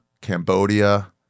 cambodia